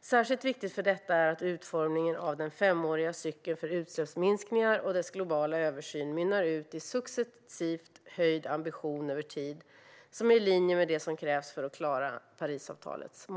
Särskilt viktigt för detta är att utformningen av den femåriga cykeln för utsläppsminskningar och dess globala översyn mynnar ut i successivt höjd ambition, i linje med det som krävs för att klara målen i Parisavtalet.